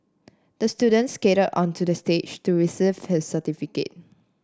the student skated onto the stage to receive his certificate